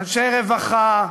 אנשי רווחה,